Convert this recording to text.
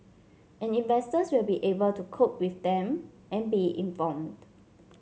and investors will be able to cope with them and be informed